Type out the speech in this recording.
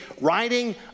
riding